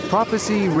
Prophecy